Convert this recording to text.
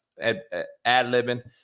ad-libbing